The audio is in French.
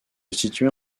situait